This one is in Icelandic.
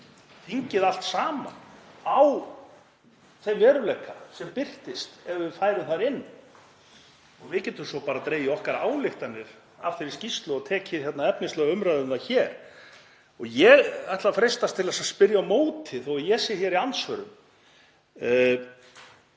þingið allt saman, á þeim veruleika sem birtist ef við færum þar inn. Við getum svo bara dregið okkar ályktanir af þeirri skýrslu og tekið efnislega umræðu um það hér. Ég ætla að freistast til að spyrja á móti, þó að ég sé hér í andsvörum: